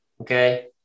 okay